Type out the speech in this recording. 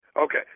Okay